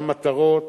למטרות,